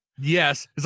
Yes